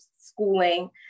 schooling